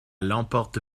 l’emporte